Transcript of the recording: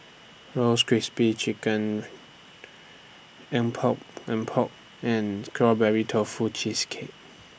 Roasted Crispy SPRING Chicken Epok Epok and Strawberry Tofu Cheesecake